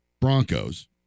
Broncos